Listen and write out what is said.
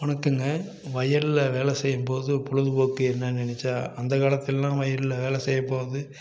வணக்கங்க வயலில் வேலை செய்யும் போது பொழுதுபோக்கு என்னென்னு நினச்சா அந்த காலத்துலெல்லாம் வயலில் வேலை செய்யும் போது